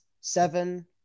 seven